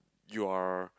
you are